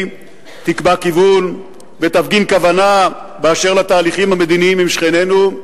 תקבע כיוון ותפגין כוונה באשר לתהליכים המדיניים עם שכנינו,